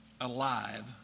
alive